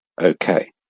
okay